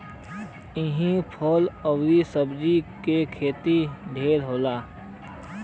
इहां फल आउर सब्जी के खेती ढेर होला